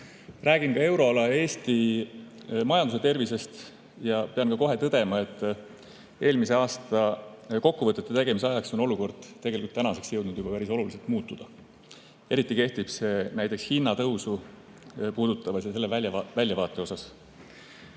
Räägin ka euroala ja Eesti majanduse tervisest ning pean kohe tõdema, et eelmise aasta kokkuvõtete tegemise ajaga [võrreldes] on olukord tegelikult tänaseks jõudnud juba päris oluliselt muutuda. Eriti kehtib see näiteks hinnatõusu puudutava ja selle väljavaate